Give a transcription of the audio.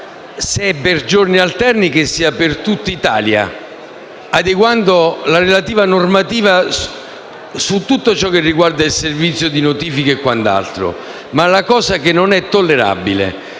a giorni alterni, che sia così per tutta Italia, adeguando la relativa normativa per tutto ciò che riguarda il servizio di notifiche e quant’altro. Ciò che non è tollerabile